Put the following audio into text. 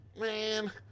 man